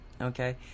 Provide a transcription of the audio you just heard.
okay